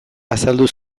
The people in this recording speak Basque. azaldu